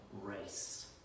race